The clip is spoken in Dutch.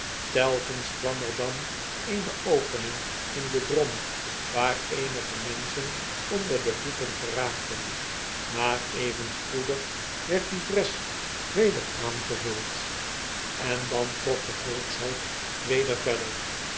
telkens kwam er dan eene opening in den drom waar eenige menschen onder de voeten geraakten maar even spoedig werd die bres weder aangevuld en dan trok de volkshoop weder verder